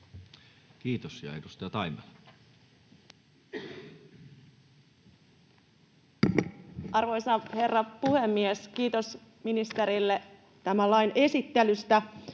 Time: 17:42 Content: Arvoisa herra puhemies! Kiitos ministerille tämän lain esittelystä.